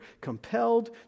compelled